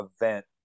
event